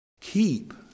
Keep